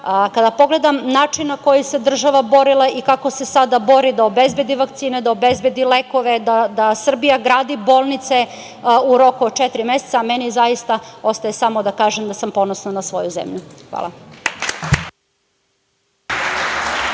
kada pogledam način na koji se država borila i kako se sada bori da obezbedi vakcine, da obezbedi lekove, da Srbija gradi bolnice u roku od četiri meseca, meni zaista ostaje samo da kažem da sam ponosna na svoju zemlju. Hvala.